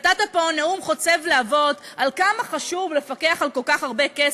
נתת פה נאום חוצב להבות על כמה חשוב לפקח על כל כך הרבה כסף,